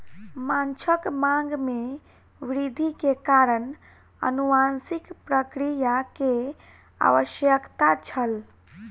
माँछक मांग में वृद्धि के कारण अनुवांशिक प्रक्रिया के आवश्यकता छल